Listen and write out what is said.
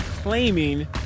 Claiming